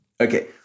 Okay